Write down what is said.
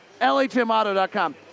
LHMauto.com